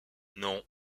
non